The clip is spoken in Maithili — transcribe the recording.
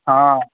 हँ